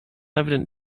evident